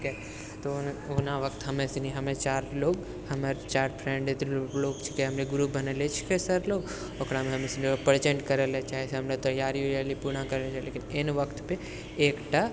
छिकै तऽ ओहुना वक्त हमे सनी हम चारि लोक हमर चार फ्रेण्ड लोक छिकै हमनी ग्रुप बनैलए छिकै सर लोक ओकरामे हम सनी प्रेजेन्ट करैलए चाहै छी हमरा तैयारी वियारी पूरा करैलए लेकिन ऐन वक्तपर एकटा